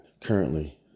Currently